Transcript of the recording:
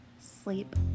Sleep